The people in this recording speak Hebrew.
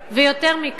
ויותר מכך,